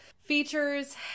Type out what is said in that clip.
features